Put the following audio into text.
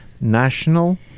National